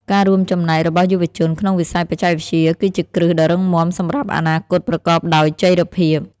ការរួមចំណែករបស់យុវជនក្នុងវិស័យបច្ចេកវិទ្យាគឺជាគ្រឹះដ៏រឹងមាំសម្រាប់អនាគតប្រកបដោយចីរភាព។